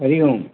Hari Om